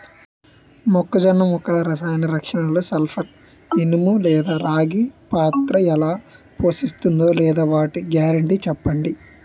మొక్కజొన్న మొక్కల రసాయన రక్షణలో సల్పర్, ఇనుము లేదా రాగి పాత్ర ఎలా పోషిస్తుందో లేదా వాటి గ్యారంటీ చెప్పండి